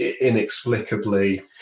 inexplicably